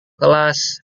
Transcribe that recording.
kelas